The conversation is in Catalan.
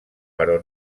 però